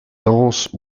denses